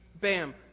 bam